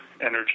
energy